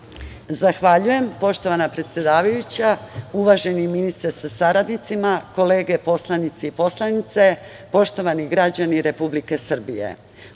Zahvaljujem poštovana predsedavajuća, uvaženi ministre sa saradnicima, kolege poslanici i poslanice, poštovani građani Republike Srbije,